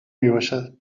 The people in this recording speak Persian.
میباشد